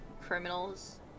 criminals